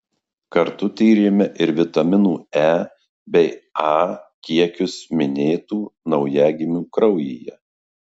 kartu tyrėme ir vitaminų e bei a kiekius minėtų naujagimių kraujyje